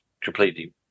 completely